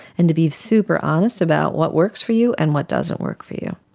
and to be super-honest about what works for you and what doesn't work for you.